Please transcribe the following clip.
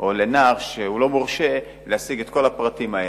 או לנער שאינו מורשה להשיג את כל הפרטים האלה.